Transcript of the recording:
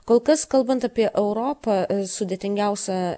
kol kas kalbant apie europą sudėtingiausia